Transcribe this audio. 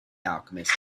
alchemist